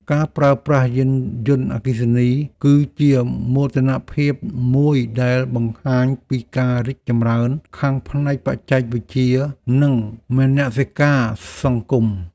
ការប្រើប្រាស់យានយន្តអគ្គិសនីគឺជាមោទនភាពមួយដែលបង្ហាញពីការរីកចម្រើនខាងផ្នែកបច្ចេកវិទ្យានិងមនសិការសង្គម។